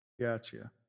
Gotcha